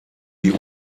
die